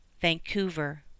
Vancouver